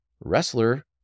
wrestler